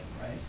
right